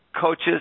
coaches